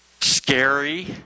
scary